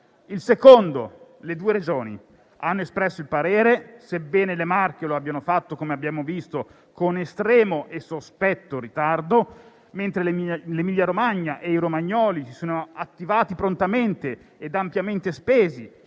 nel secondo, le due Regioni hanno espresso il parere, sebbene la Regione Marche lo abbia fatto - come abbiamo visto - con estremo e sospetto ritardo, mentre la Regione Emilia-Romagna e i romagnoli si sono attivati prontamente ed ampiamente spesi